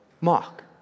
Mark